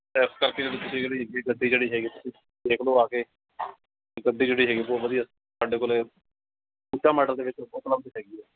ਇਸ ਕਰਕੇ ਤੁਸੀਂ ਜਿਹੜੀ ਗੱਡੀ ਜਿਹੜੀ ਹੈਗੀ ਦੇਖ ਲਓ ਆ ਕੇ ਗੱਡੀ ਜਿਹੜੀ ਹੈਗੀ ਬਹੁਤ ਵਧੀਆ ਸਾਡੇ ਕੋਲ ਉੱਚਾ ਮਾਡਲ ਦੇ ਵਿੱਚ ਉਪਲਬਧ ਹੈਗੀ ਹੈ